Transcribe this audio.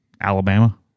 Alabama